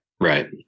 Right